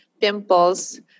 pimples